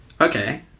Okay